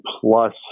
plus